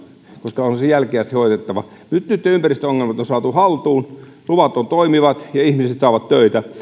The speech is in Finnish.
koska onhan sen jälkiä hoidettava nyt sitten ympäristöongelmat on saatu haltuun luvat ovat toimivat ja ihmiset saavat töitä